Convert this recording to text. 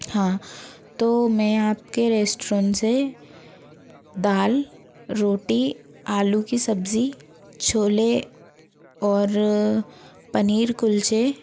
हाँ तो मैं आपके रेसटोरेंट से दाल रोटी आलू की सब्जी छोले और पनीर कुल्छे